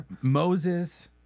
Moses